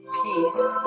peace